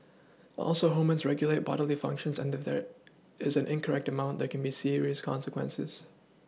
also hormones regulate bodily functions and if there is an incorrect amount there can be serious consequences